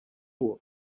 fuq